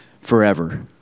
forever